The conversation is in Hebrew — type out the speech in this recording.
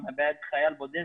אתה מאבד מעמד חייל בודד?